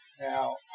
Now